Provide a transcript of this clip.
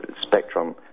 spectrum